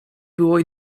było